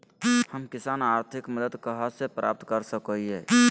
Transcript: हम किसान आर्थिक मदत कहा से प्राप्त कर सको हियय?